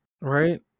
right